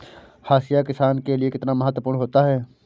हाशिया किसान के लिए कितना महत्वपूर्ण होता है?